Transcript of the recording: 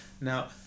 now